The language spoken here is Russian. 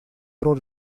роль